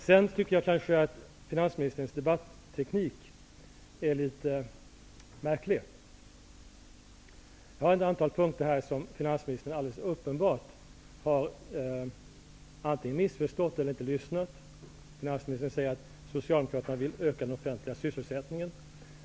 Jag tycker nog att finansministerns debatteknik är litet märklig. Jag har exempel på ett antal punkter där finansministern antingen har missförstått eller också inte har lyssnat. Finansministern säger att Socialdemokraterna vill öka den offentliga sysselsättningen.